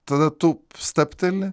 tada tu stabteli